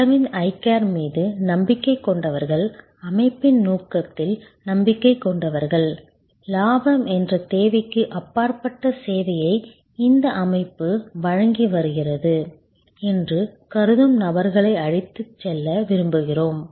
Aravind Eye Care மீது நம்பிக்கை கொண்டவர்கள் அமைப்பின் நோக்கத்தில் நம்பிக்கை கொண்டவர்கள் லாபம் என்ற தேவைக்கு அப்பாற்பட்ட சேவையை இந்த அமைப்பு வழங்கி வருகிறது என்று கருதும் நபர்களை அழைத்துச் செல்ல விரும்புகிறோம்